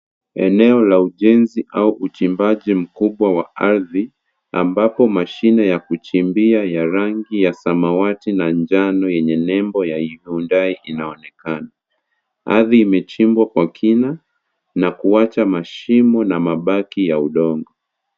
Eneo la ujenzi au uchimbaji mkubwa wa ardhi, ambapo mashine ya kuchimbia ya rangi ya samawati na njano yenye nembo ya Hyundai inaonekana. Ardhi imechimbwa kwa kina na kuwacha mashimo na mabaki ya udongo.